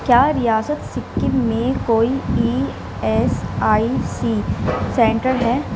کیا ریاست سکم میں کوئی E S I C centre ہے